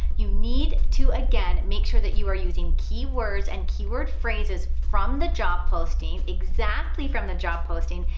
you need to, again, make sure that you are using keywords and keyword phrases from the job posting, exactly from the job posting,